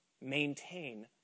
maintain